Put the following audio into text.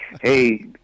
Hey